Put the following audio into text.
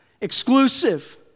Exclusive